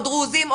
או דרוזים,